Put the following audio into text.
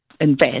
invest